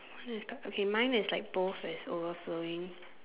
what is that okay mine is like both is overflowing